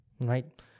right